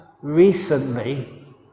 recently